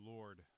Lord